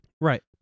Right